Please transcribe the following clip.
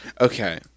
Okay